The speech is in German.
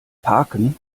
parken